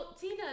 Tina